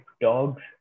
dogs